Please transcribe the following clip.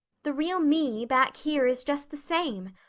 the real me back here is just the same.